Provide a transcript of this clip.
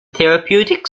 therapeutic